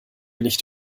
nicht